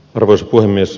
arvoisa puhemies